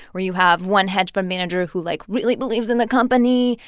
where you have one hedge fund manager who, like, really believes in the company.